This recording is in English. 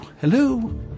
Hello